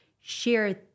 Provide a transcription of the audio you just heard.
share